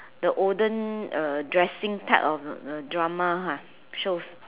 the olden uh dressing type of drama ah shows